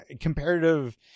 Comparative